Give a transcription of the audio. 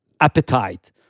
appetite